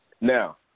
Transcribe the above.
Now